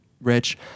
rich